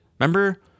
remember